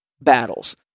battles